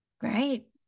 Great